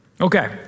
Okay